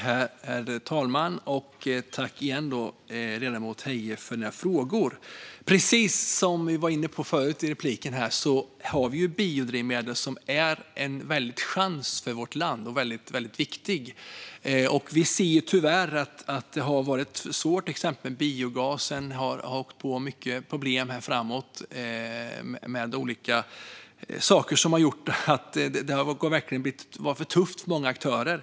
Herr talman! Jag tackar på nytt ledamoten Heie för hennes frågor. Precis som jag var inne på i förra repliken har vi ju biodrivmedel, som är en stor chans och väldigt viktig för vårt land. Vi ser tyvärr att det har varit svårigheter. Till exempel har biogasen haft mycket problem, som har gjort att det har varit tufft för många aktörer.